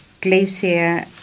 Glacier